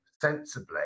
sensibly